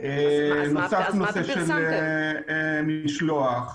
נוסף נושא של משלוח,